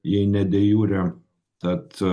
jei ne de jure tad